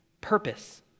purpose